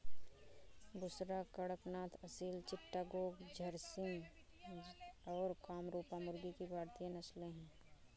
बुसरा, कड़कनाथ, असील चिट्टागोंग, झर्सिम और कामरूपा मुर्गी की भारतीय नस्लें हैं